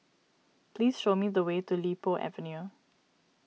please show me the way to Li Po Avenue